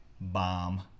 Bomb